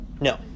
No